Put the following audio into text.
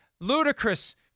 ludicrous